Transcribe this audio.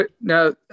Now